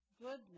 goodness